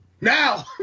now